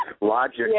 logic